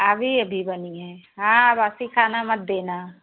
अभी अभी बनी है हाँ बासी खाना मत देना